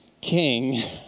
king